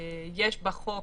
יש בחוק,